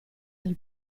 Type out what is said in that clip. del